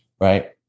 right